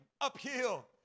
uphill